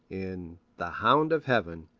in the hound of heaven,